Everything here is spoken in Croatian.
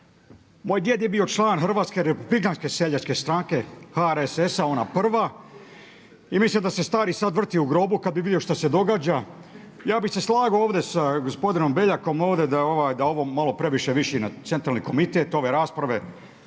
moj djed je bio član Hrvatske republikanske seljačke stranke HRSS-a, ona prva i mislim da se stari sad vrti u grobu kad bi vidio što se događa. Ja bih se slagao ovdje sa gospodinom Beljakom ovdje da ovo malo previše liči na centralni komitet, ove rasprave.